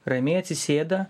ramiai atsisėda